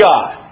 God